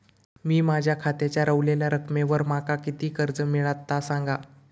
मी माझ्या खात्याच्या ऱ्हवलेल्या रकमेवर माका किती कर्ज मिळात ता सांगा?